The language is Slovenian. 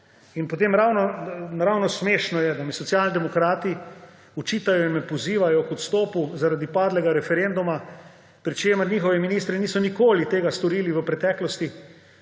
naprej. Naravnost smešno je, da mi socialdemokrati očitajo in me pozivajo k odstopu zaradi padlega referenduma, pri čemer njihovi ministri niso nikoli tega storili v preteklosti,